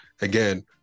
again